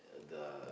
the